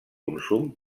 consum